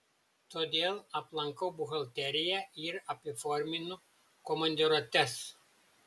todėl aplankau buhalteriją ir apiforminu komandiruotes